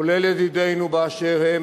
כולל ידידינו באשר הם,